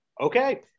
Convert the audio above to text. Okay